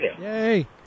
Yay